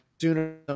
Sooner